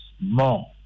more